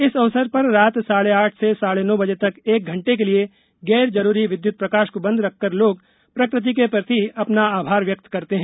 इस अवसर पर रात साढ़े आठ से साढ़े नौ बजे तक एक घंटे के लिये गैर जरूरी विद्य्त प्रकाश को बंद रख कर लोग प्रकृति के प्रति अपना आभार व्यक्त करते हैं